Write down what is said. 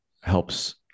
helps